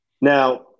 Now